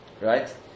right